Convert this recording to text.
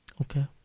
Okay